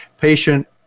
patient